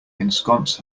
ensconce